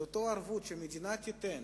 על אותה ערבות שהמדינה תיתן